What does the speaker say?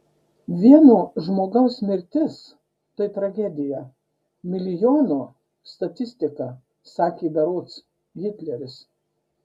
vieno žmogaus mirtis tai tragedija milijono statistika sakė berods hitleris